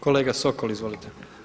Kolega Sokol, izvolite.